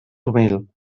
humil